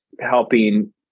helping